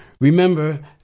Remember